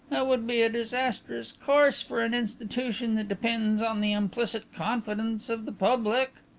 that would be a disastrous course for an institution that depends on the implicit confidence of the public.